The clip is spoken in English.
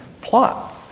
plot